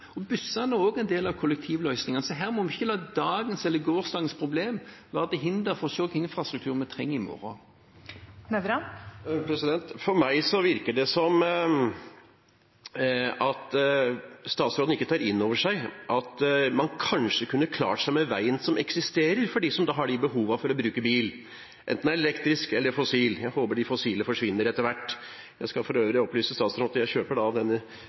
bussene, og de er også en del av kollektivløsningen. Vi må ikke la dagens eller gårsdagens problem være til hinder for å se hva slags infrastruktur vi trenger i morgen. Det blir oppfølgingsspørsmål – først Arne Nævra. For meg virker det som om statsråden ikke tar inn over seg at man kanskje kunne klart seg med veien som eksisterer for dem som har behov for å bruke bil, enten den er elektrisk eller kjører på fossilt drivstoff. Jeg håper de på fossilt drivstoff forsvinner etter hvert. Jeg skal for øvrig opplyse statsråden